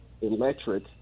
electric